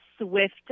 swift